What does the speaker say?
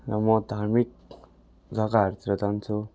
म धार्मिक जगाहरूतिर जान्छु